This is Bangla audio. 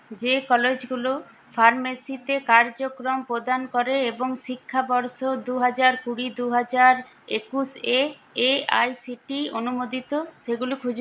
যে কলেজগুলো ফার্মেসিতে কার্যক্রম প্রদান করে এবং শিক্ষাবর্ষ দু হাজার কুড়ি দু হাজার একুশ এ এআইসিটিই অনুমোদিত সেগুলো খুঁজুন